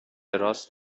راست